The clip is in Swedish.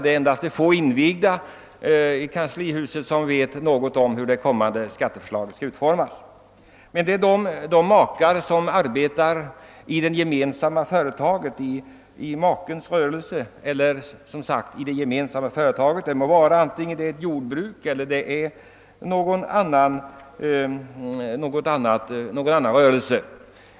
Det är endast de få invigda i kanslihuset som vet något om hur det kommande skatteförslaget skall utformas. Jag avser de makar som arbetar i de gemensamma företagen, det må vara ett jordbruk eller någon annan rörelse.